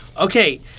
okay